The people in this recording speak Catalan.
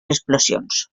explosions